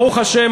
ברוך השם,